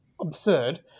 absurd